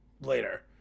later